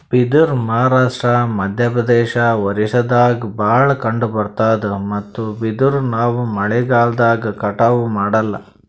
ಬಿದಿರ್ ಮಹಾರಾಷ್ಟ್ರ, ಮಧ್ಯಪ್ರದೇಶ್, ಒರಿಸ್ಸಾದಾಗ್ ಭಾಳ್ ಕಂಡಬರ್ತಾದ್ ಮತ್ತ್ ಬಿದಿರ್ ನಾವ್ ಮಳಿಗಾಲ್ದಾಗ್ ಕಟಾವು ಮಾಡಲ್ಲ